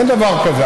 אין דבר כזה,